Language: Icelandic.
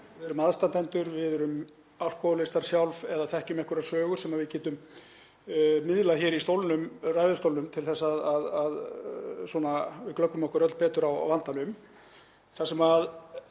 Við erum aðstandendur, við erum alkóhólistar sjálf eða þekkjum einhverjar sögur sem við getum miðlað hér í ræðustólnum til að við glöggvum okkur öll betur á vandanum. Það hefur